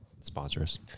Sponsors